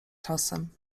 czasem